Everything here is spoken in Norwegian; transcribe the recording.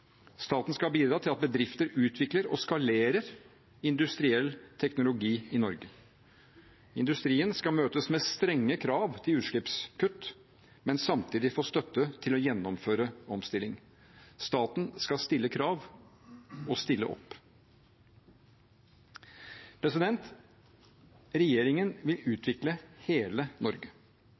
Staten skal bidra til at bedrifter utvikler og skalerer industriell teknologi i Norge. Industrien skal møtes med strenge krav til utslippskutt, men samtidig få støtte til å gjennomføre omstilling. Staten skal stille krav – og stille opp. Regjeringen vil utvikle hele Norge.